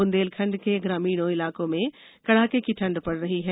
बुंदेलखंड के ग्रामीणों इलाकों में कड़ाके की ठंड पड़ रही है